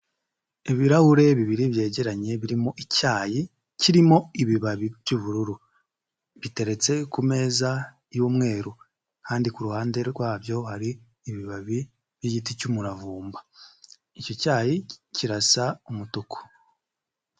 Ibirahure bibiri byegeranye birimo icyayi kirimo ibibabi by'ubururu, biteretse ku meza y'umweru kandi ku ruhande rwabyo hari ibibabi by'igiti cy'umuravumba, icyo cyayi kirasa umutuku.